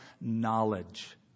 knowledge